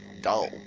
dull